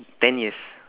ten years